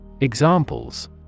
Examples